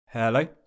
Hello